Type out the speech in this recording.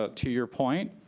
ah to your point,